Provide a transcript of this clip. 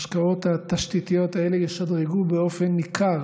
ההשקעות התשתיתיות האלה ישדרגו באופן ניכר